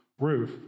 roof